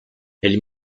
elle